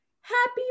happy